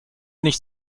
nicht